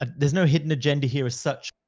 ah there's no hidden agenda here as such.